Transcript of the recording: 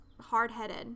hard-headed